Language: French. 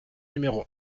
numéro